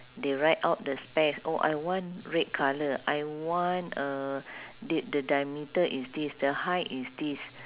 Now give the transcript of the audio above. they write out the specs oh I want red colour I want uh th~ the diameter is this the height is this